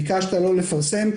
ביקשת לא לפרסם.